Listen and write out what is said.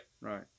right